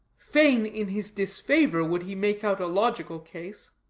fain, in his disfavor, would he make out a logical case.